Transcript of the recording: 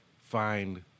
find